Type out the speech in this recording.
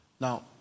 Now